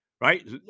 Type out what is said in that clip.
right